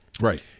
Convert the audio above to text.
Right